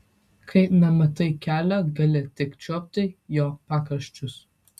kai nematai kelio gali tik čiuopti jo pakraščius